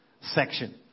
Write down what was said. section